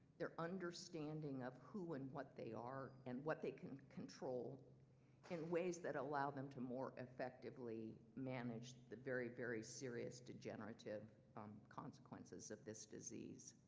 their understanding of who and what they are and what they can control in ways that allow them to more effectively manage the very very serious degenerative consequences of this disease.